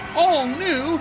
all-new